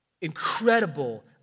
incredible